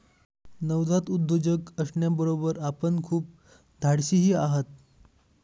नवजात उद्योजक असण्याबरोबर आपण खूप धाडशीही आहात